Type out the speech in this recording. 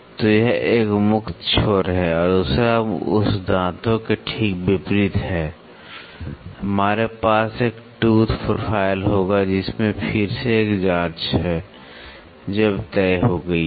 तो यह एक मुक्त छोर है और दूसरा उस दांतों के ठीक विपरीत है हमारे पास एक टूथ प्रोफाइल होगा जिसमें फिर से एक जांच है जो अब तय हो गई है